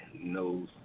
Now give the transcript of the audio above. knows